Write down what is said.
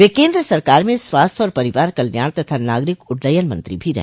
वे केंद्र सरकार में स्वास्थ्य और परिवार कल्याण तथा नागरिक उड्डयन मंत्री भी रहे